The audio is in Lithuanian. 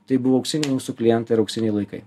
tai buvo auksiniai mūsų klientai ir auksiniai laikai